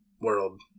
world